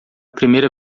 primeira